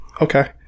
okay